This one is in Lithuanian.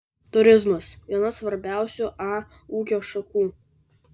turizmas viena svarbiausių a ūkio šakų